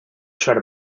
tread